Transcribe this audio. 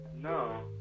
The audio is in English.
No